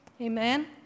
Amen